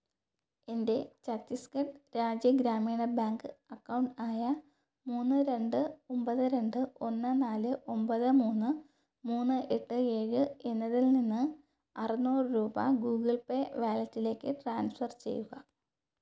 എൻ്റെ Chhattisgarh Rajya Gramin bank account ആയ മൂന്ന് രണ്ട് ഒമ്പത് രണ്ട് ഒന്ന് നാല് ഒമ്പത് മൂന്ന് മൂന്ന് എട്ട് ഏഴ് എന്നതിൽ നിന്ന് അറുന്നൂറ് രൂപ ഗൂഗിൾ പേ വാലറ്റിലേക്ക് ട്രാൻസ്ഫർ ചെയ്യുക